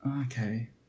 Okay